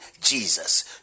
jesus